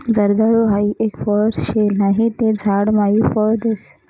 जर्दाळु हाई एक फळ शे नहि ते झाड मायी फळ देस